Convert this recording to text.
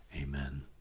Amen